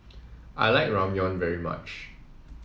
I like Ramyeon very much